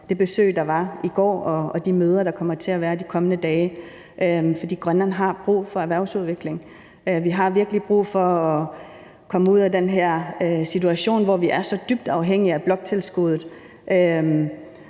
det besøg, der var i går, og om de møder, der kommer til at være de kommende dage, for Grønland har brug for erhvervsudvikling. Vi har virkelig brug for at komme ud af den her situation, hvor vi er så dybt afhængige af bloktilskuddet,